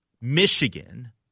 Michigan